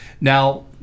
now